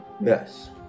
yes